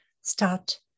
start